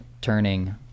turning